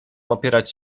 opierać